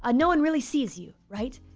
ah no one really sees you, right?